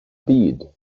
byd